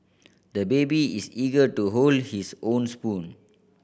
the baby is eager to hold his own spoon